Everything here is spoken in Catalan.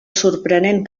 sorprenent